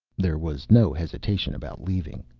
there was no hesitation about leaving,